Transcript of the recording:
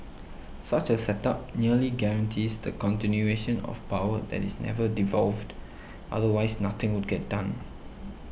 such a setup nearly guarantees the continuation of power that is never devolved otherwise nothing would get done